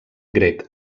grec